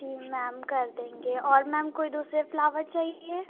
जी ma'am कर देंगे और मैम कोई दूसरे फ़्लावर चाहिए